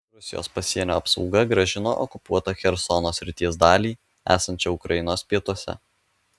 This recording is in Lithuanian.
rusijos pasienio apsauga grąžino okupuotą chersono srities dalį esančią ukrainos pietuose